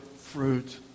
fruit